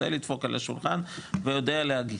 יודע לדפוק על השולחן ויודע להגיד,